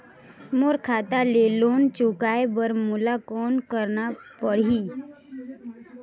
मोर खाता ले लोन चुकाय बर मोला कौन करना पड़ही?